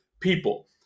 people